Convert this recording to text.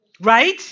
Right